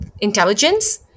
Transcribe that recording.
intelligence